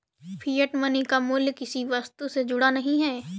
fiat money का मूल्य किसी वस्तु से जुड़ा नहीं है